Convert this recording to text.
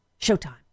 Showtime